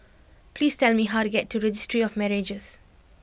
please tell me how to get to Registry of Marriages